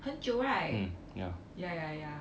很久 right ya ya ya